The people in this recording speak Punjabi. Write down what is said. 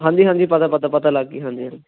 ਹਾਂਜੀ ਹਾਂਜੀ ਪਤਾ ਪਤਾ ਪਤਾ ਲੱਗ ਗਈ ਹਾਂਜੀ